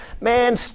Man